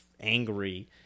angry